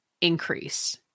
increase